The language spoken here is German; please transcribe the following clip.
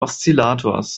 oszillators